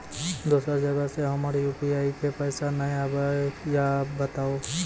दोसर जगह से हमर यु.पी.आई पे पैसा नैय आबे या बताबू?